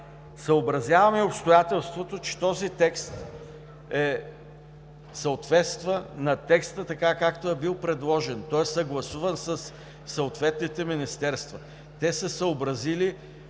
съобразяваме обстоятелството, че този текст съответства на текста така, както е бил предложен. Той е съгласуван със съответните министерства. Те са съобразили